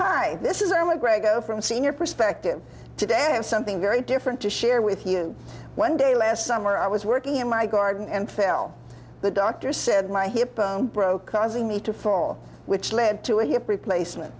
hi this is a mcgregor from senior perspective today i have something very different to share with you one day last summer i was working in my garden and fell the doctor said my hip broke causing me to fall which led to a hip replacement